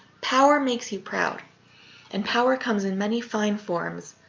power makes you proud and power comes in many fine forms,